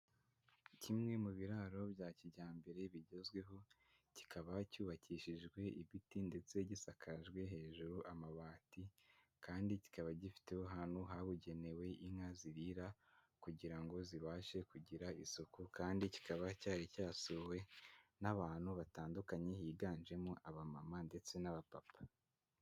Kimwe mu biraro bya kijyambere bigezweho, kikaba cyubakishijwe ibiti ndetse gisakajwe hejuru amabati kandi kikaba gifiteho ahantu habugenewe inka zirira kugira ngo zibashe kugira isuku kandi kikaba cyari cyasuwe n'abantu batandukanye higanjemo abamama ndetse n'abapapa.